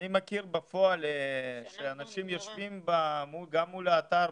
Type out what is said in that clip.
אני מכיר בפועל שאנשים יושבים גם מול האתר,